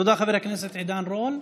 תודה, חבר הכנסת עידן רול.